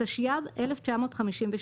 התשי"ב 1952,